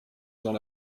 dans